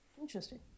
Interesting